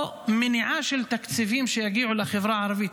או במניעה של תקציבים לחברה הערבית,